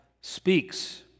speaks